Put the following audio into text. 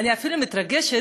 אני אפילו מתרגשת,